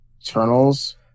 Eternals